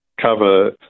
cover